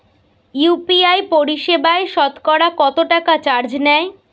UPI পরিসেবায় সতকরা কতটাকা চার্জ নেয়?